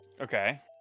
Okay